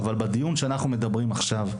אבל בדיון שאנחנו מדברים עכשיו,